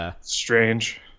strange